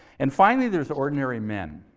and finally, there's ordinary men.